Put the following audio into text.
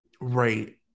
Right